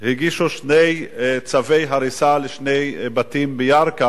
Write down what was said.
הגישו שני צווי הריסה לשני בתים בירכא